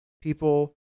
people